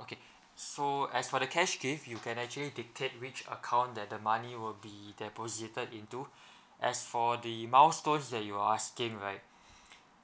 okay so as for the cash gift you can actually indicate which account that the money will be deposited into as for the milestones that you're asking right